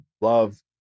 love